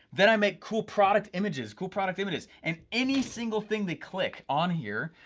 then i make cool product images, cool product images, and any single thing they click on here,